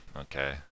Okay